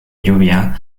lluvia